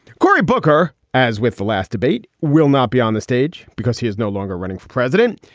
cory booker, as with the last debate, will not be on the stage because he is no longer running for president.